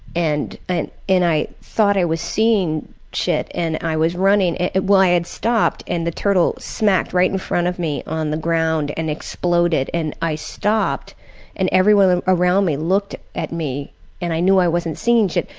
and and i thought i was seeing shit and i was running well i i had stopped and the turtle smacked right in front of me on the ground and exploded and i stopped and everyone around me looked at me and i knew i wasn't seeing shit.